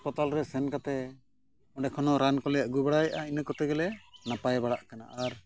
ᱨᱮ ᱥᱮᱱ ᱠᱟᱛᱮᱫ ᱚᱸᱰᱮ ᱠᱷᱚᱱ ᱦᱚᱸ ᱨᱟᱱ ᱠᱚᱞᱮ ᱟᱹᱜᱩ ᱵᱟᱲᱟᱭᱮᱫᱼᱟ ᱤᱱᱟᱹ ᱠᱚᱛᱮ ᱜᱮᱞᱮ ᱱᱟᱯᱟᱭ ᱵᱟᱲᱟᱜ ᱠᱟᱱᱟ ᱟᱨ